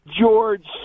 George